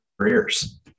careers